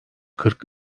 kırk